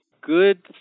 good